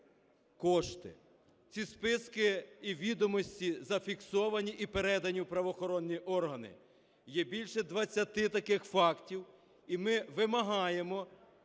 кошти. Ці списки і відомості зафіксовані і передані в правоохоронні органи. Є більше 20 таких фактів, і ми вимагаємо